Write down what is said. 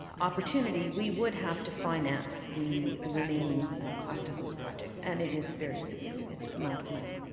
opportunity, we would have to finance the the remaining cost of those projects, and it is very significant amount of money.